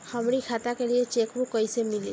हमरी खाता के लिए चेकबुक कईसे मिली?